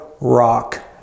rock